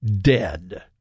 dead